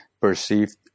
perceived